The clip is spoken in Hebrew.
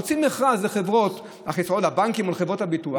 הוציא מכרז לחברות, לבנקים או לחברות הביטוח.